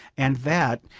and that,